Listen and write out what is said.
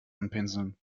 anpinseln